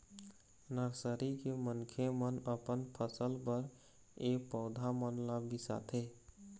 nursery के मनखे मन अपन फसल बर ए पउधा मन ल बिसाथे